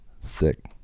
Sick